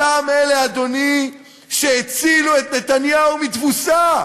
אותם אלה, אדוני, שהצילו את נתניהו מתבוסה.